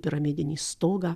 piramidinį stogą